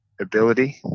ability